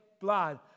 blood